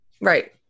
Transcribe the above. Right